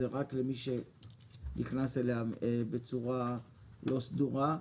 זה רק למי שנכנס אליה בצורה לא סדורה.